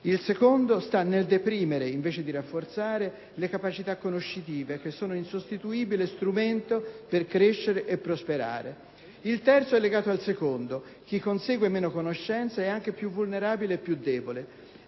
Il secondo sta nel deprimere - invece di rafforzare - le capacità conoscitive, che sono l'insostituibile strumento per crescere e prosperare. Il terzo effetto è legato al secondo: chi consegue meno conoscenza è anche più vulnerabile e più debole.